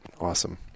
awesome